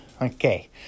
Okay